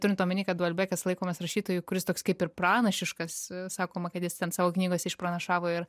turint omeny kad uolbekas laikomas rašytoju kuris toks kaip ir pranašiškas sakoma kad jis ten savo knygose išpranašavo ir